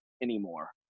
anymore